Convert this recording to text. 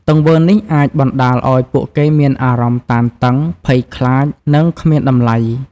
ទង្វើនេះ អាចបណ្តាលឲ្យពួកគេមានអារម្មណ៍តានតឹង ភ័យខ្លាច និងគ្មានតម្លៃ។